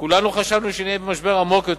כולנו חשבנו שנהיה במשבר עמוק יותר,